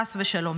חס ושלום,